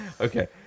Okay